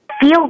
feel